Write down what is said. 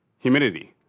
humidity.